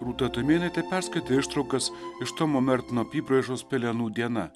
rūta tumėnaitė perskaitė ištraukas iš tomo mertino apybraižos pelenų diena